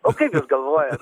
o kaip jūs galvojat